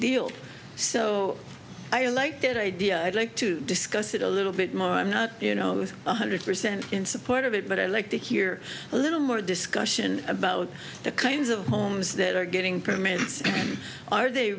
deal so i like that idea i'd like to discuss it a little bit more i'm not you know one hundred percent in support of it but i'd like to hear a little more discussion about the kinds of homes that are getting permits are they